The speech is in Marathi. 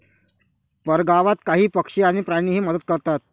परगावात काही पक्षी आणि प्राणीही मदत करतात